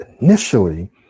initially